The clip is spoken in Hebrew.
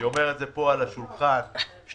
אנחנו באיחור של לפחות 15 שנים.